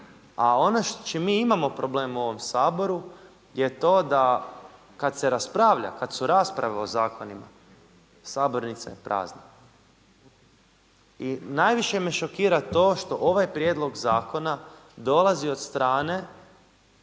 A ono s čim mi imamo problem u ovom Saboru je to da kad se raspravlja, kad su rasprave o zakonima sabornica je prazna. I najviše me šokira to što ovaj prijedlog zakona dolazi od strane,